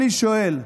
אני שואל,